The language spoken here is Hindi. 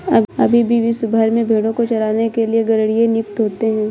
अभी भी विश्व भर में भेंड़ों को चराने के लिए गरेड़िए नियुक्त होते हैं